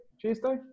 Tuesday